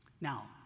Now